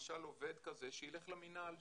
למשל עובד כזה שיילך למינהל,